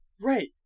Right